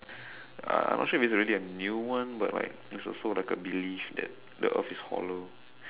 uh I not sure if it's really a new one but like it's also like a belief that the earth is hollow